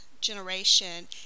generation